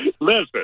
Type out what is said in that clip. Listen